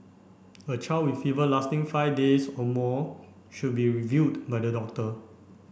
a child with fever lasting five days or more should be reviewed by the doctor